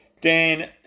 Dan